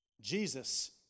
Jesus